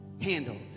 handled